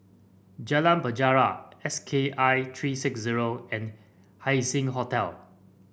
Jalan Penjara S K I three six zero and Haising Hotel